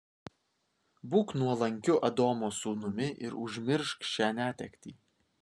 būk nuolankiu adomo sūnumi ir užmiršk šią netektį